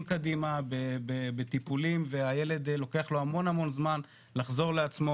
קדימה עם טיפולים והילד לוקח לו המון זמן לחזור לעצמו,